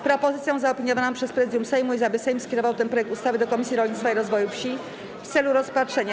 Propozycją zaopiniowaną przez Prezydium Sejmu jest, aby Sejm skierował ten projekt ustawy do Komisji Rolnictwa i Rozwoju Wsi w celu rozpatrzenia.